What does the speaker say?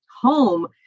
home